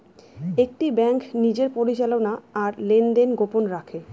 একটি ব্যাঙ্ক নিজের পরিচালনা আর লেনদেন গোপন রাখে